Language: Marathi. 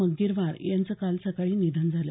मग्गीरवार यांचं काल सकाळी निधन झालं